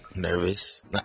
nervous